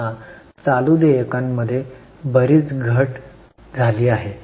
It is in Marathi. आता चालू देयकांमध्ये बरीच घट झाली आहे